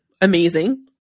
amazing